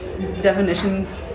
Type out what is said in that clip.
definitions